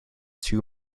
two